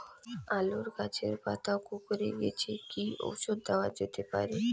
আলু গাছের পাতা কুকরে গেছে কি ঔষধ দেওয়া যেতে পারে?